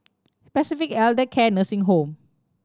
Pacific Elder Care Nursing Home